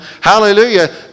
hallelujah